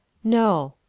no.